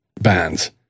bands